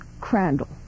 Crandall